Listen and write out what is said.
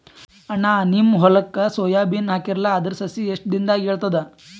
ಅಣ್ಣಾ, ನಿಮ್ಮ ಹೊಲಕ್ಕ ಸೋಯ ಬೀನ ಹಾಕೀರಲಾ, ಅದರ ಸಸಿ ಎಷ್ಟ ದಿಂದಾಗ ಏಳತದ?